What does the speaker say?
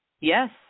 Yes